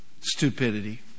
stupidity